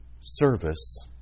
service